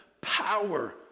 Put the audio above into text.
power